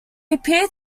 appeared